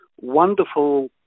wonderful